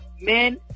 Men